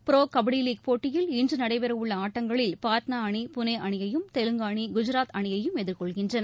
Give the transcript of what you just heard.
bro kabaddi league போட்டியில் இன்று நடைபெறவுள்ள ஆட்டங்களில் பாட்னா அணி புனே அணியையும் தெலுங்கு அணி குஜராத் அணியையும் எதிர்கொள்கின்றன